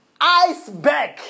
iceberg